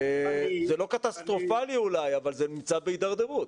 זה לא קטסטרופלי אולי, אבל זה נמצא בהידרדרות.